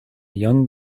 young